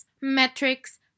metrics